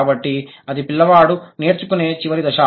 కాబట్టి అది పిల్లవాడు నేర్చుకునే చివరి దశ